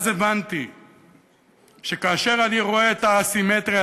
אז הבנתי שכאשר אני רואה את האסימטריה